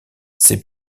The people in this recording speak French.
ces